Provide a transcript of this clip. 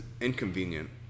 inconvenient